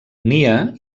nia